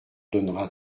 donnera